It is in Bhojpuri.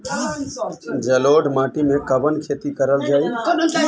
जलोढ़ माटी में कवन खेती करल जाई?